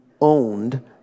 owned